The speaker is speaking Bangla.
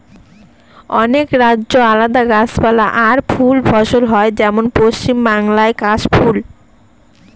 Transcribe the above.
অনেক রাজ্যে আলাদা গাছপালা আর ফুল ফসল হয় যেমন পশ্চিম বাংলায় কাশ ফুল